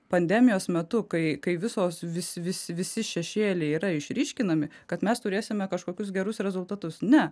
pandemijos metu kai kai visos vis vis visi šešėliai yra išryškinami kad mes turėsime kažkokius gerus rezultatus ne